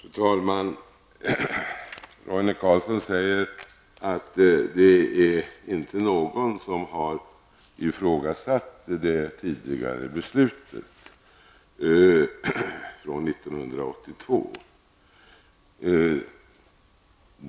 Fru talman! Roine Carlsson säger att ingen har ifrågasatt beslutet från 1982.